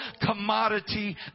commodity